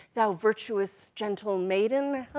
thou virtuous, gentle maiden, i